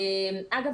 אגב,